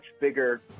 bigger